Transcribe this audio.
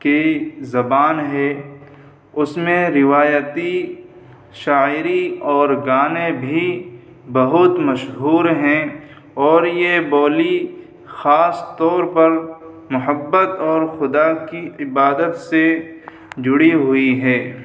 کی زبان ہے اس میں روایتی شاعری اور گانے بھی بہت مشہور ہیں اور یہ بولی خاص طور پر محبت اور خدا کی عبادت سے جڑی ہوئی ہے